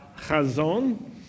Chazon